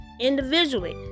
individually